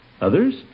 Others